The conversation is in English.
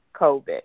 COVID